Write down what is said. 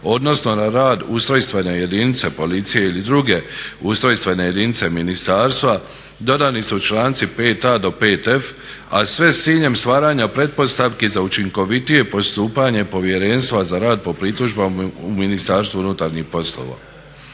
odnosno na rad ustrojstvene jedinice policije ili druge ustrojstvene jedinice ministarstva, dodani su članci 5.a do 5.f, a sve s ciljem stvaranja pretpostavki za učinkovitije postupanje Povjerenstva za rad po pritužbama u Ministarstvu unutarnjih poslova.